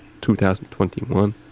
2021